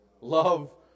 Love